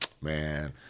man